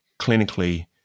clinically